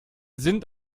sind